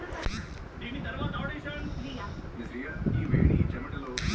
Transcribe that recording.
షిరిడీలో ఎక్కువగా ఆవు పాలే అమ్ముతున్లు మీము షిరిడీ పోయినపుడు పిలగాని బర్రె పాల కోసం చాల తిరిగినం